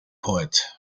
poet